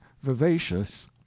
vivacious